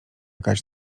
kać